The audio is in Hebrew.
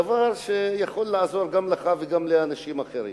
דבר שיכול לעזור גם לך וגם לאנשים אחרים.